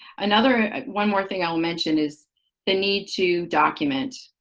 another one more thing i'll mention is the need to document.